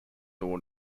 nor